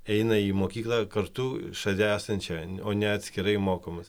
eina į mokyklą kartu šalia esančią o ne atskirai mokomas